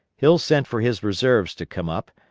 hill sent for his reserves to come up,